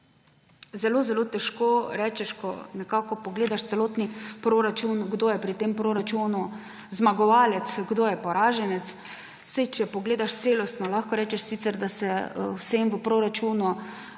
zelo zelo težko rečeš, ko nekako pogledaš celotni proračun, kdo je pri tem proračunu zmagovalec, kdo je poraženec. Če pogledaš celostno, lahko sicer rečeš, da se vsem v proračunu